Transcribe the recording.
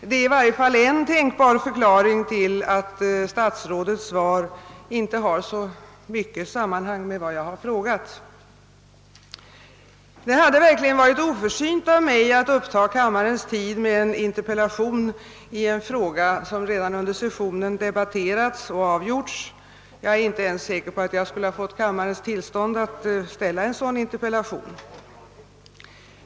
Det är i varje fall en tänkbar förklaring till att statsrådets svar inte har så mycket sammanhang med vad jag har frågat. Det hade verkligen varit oförsynt av mig att ta upp kammarens tid med en interpellation i en fråga som redan under sessionen debatterats och avgjorts. Jag är inte ens säker på att jag skulle ha fått kammarens tillstånd att framställa en sådan interpellation.